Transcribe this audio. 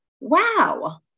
wow